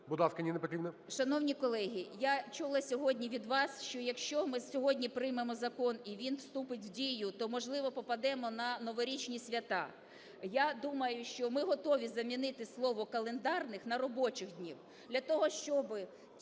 Шановні колеги, я чула сьогодні від вас, що, якщо ми сьогодні приймемо закон і він вступить в дію, то, можливо, попадемо на новорічні свята. Я думаю, що ми готові замінити слово "календарних" на "робочих днів" для того, щоб